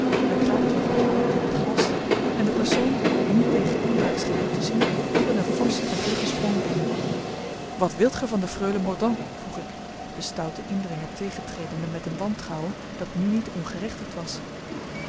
er kraakte nog wat hout en wat glas en de persoon die niet tegen inbraak scheen op te zien was met een forschen en vluggen sprong binnen wat wilt ge van de freule mordaunt vroeg ik den stouten indringer tegentredende met een wantrouwen dat nu niet ongerechtigd was